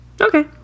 Okay